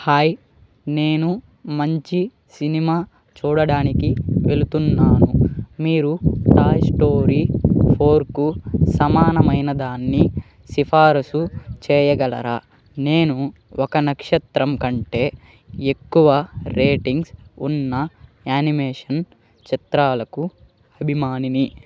hi నేను మంచి cinema చూడడానికి వెళుతున్నాను మీరు టాయ్ స్టోరీ ఫోర్కు సమానమైనదాన్ని సిఫారసు చేయగలరా నేను ఒక నక్షత్రం కంటే ఎక్కువ రేటింగ్స్ ఉన్న యానిమేషన్ చిత్రాలకు అభిమానిని